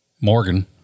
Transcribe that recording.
Morgan